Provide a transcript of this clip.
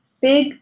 big